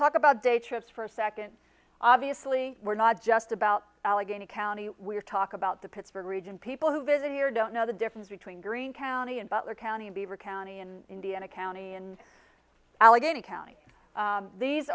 talk about day trips for a second obviously we're not just about allegheny county we're talk about the pittsburgh region people who visit here don't know the difference between green county and butler county beaver county and indiana county and allegheny county these